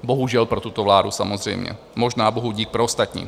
Bohužel pro tuto vládu samozřejmě, možná bohudík pro ostatní.